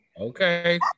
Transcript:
Okay